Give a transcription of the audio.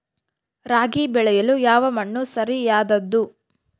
ರಾಗಿ ಬೆಳೆಯಲು ಯಾವ ಮಣ್ಣು ಸರಿಯಾದದ್ದು?